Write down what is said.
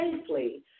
safely